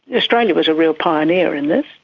yeah australia was a real pioneer in this.